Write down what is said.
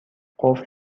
قفل